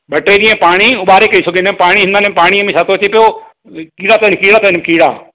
ॿ टे ॾींहं पाणी उॿारे पीउ छोकी हिन पाणी हिननि पाणीअ में छा थो अचे पियो कीड़ा अथई कीड़ा अथई कीड़ा